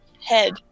head